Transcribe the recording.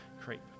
creep